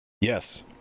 Yes